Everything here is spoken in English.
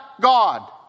God